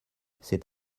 c’est